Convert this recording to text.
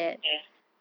ya